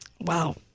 Wow